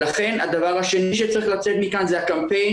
לכן הדבר השני שצריך לצאת מכאן זה הקמפיין